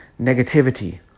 negativity